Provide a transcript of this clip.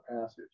passage